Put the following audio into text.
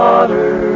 Water